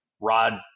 Rod